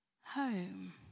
home